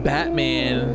Batman